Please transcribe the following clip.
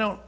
don't